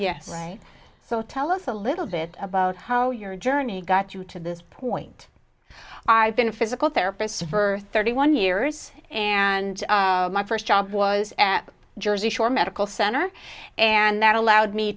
yes so tell us a little bit about how your journey got you to this point i've been a physical therapist for thirty one years and my first job was at jersey shore medical center and that allowed me